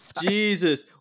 jesus